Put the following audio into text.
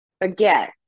forget